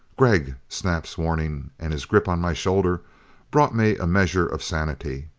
gregg! snap's warning, and his grip on my shoulders brought me a measure of sanity.